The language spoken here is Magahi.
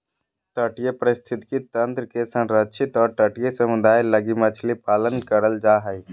तटीय पारिस्थितिक तंत्र के संरक्षित और तटीय समुदाय लगी मछली पालन करल जा हइ